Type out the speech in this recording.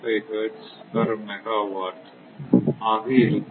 015 hertz per megawatt ஆக இருக்கும்